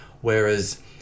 Whereas